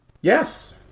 Yes